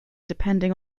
depending